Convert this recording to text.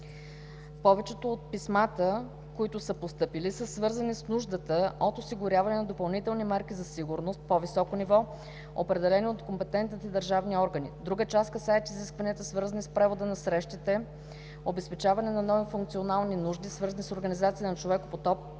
Повечето от писмата, които са постъпили са свързани с нуждата от осигуряване на допълнителни мерки за сигурност, по-високо ниво, определени от компетентните държавни органи. Друга част касаят изискванията, свързани с превода на срещите, обезпечаване на функционални нужди, свързани с организацията на човекопотоците